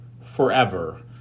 forever